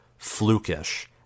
flukish